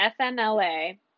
FMLA